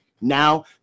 now